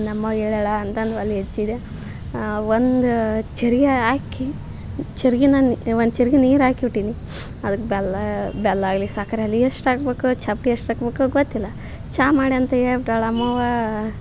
ನಮ್ಮವ್ವ ಹೇಳ್ಯಾಳ ಅಂತಂದು ಒಲೆ ಹಚ್ಚಿದೆ ಒಂದು ಚರ್ಯ ಹಾಕಿ ಚರ್ಗಿನ ಒಂದು ಚರ್ಗಿ ನೀರು ಹಾಕಿ ಬಿಟ್ಟೀನಿ ಅದಕ್ಕೆ ಬೆಲ್ಲ ಬೆಲ್ಲ ಆಗಲಿ ಸಕ್ಕರೆ ಆಗಲಿ ಎಷ್ಟು ಹಾಕ್ಬೇಕು ಚಾಪ್ಡಿ ಎಷ್ಟು ಹಾಕ್ಬೇಕು ಗೊತ್ತಿಲ್ಲ ಚಾ ಮಾಡಿ ಅಂತ ಹೇಳ್ಬಿಟ್ಟಾಳು ನಮ್ಮವ್ವ